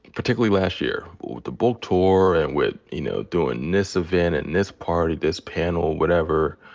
particularly last year with a book tour and with, you know, doing this event and this party, this panel, whatever,